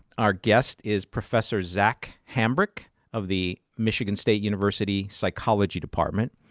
our guest is professor zach hambrick of the michigan state university psychology department.